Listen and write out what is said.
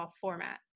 format